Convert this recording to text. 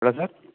எவ்வளோ சார்